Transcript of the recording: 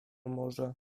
morza